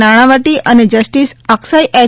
નાણાવટી અને જસ્ટીસ અક્ષય એય